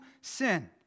sin